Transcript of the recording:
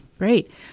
Great